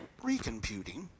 Recomputing